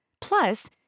Plus